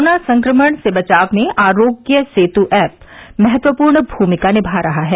corona संक्रमण से बचाव में आरोग्य सेतु ऐप महत्वपूर्ण भूमिका निभा रही है